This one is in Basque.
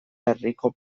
herriko